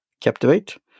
Captivate